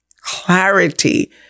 clarity